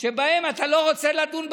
שבהן אתה לא רוצה לדון היום,